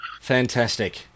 Fantastic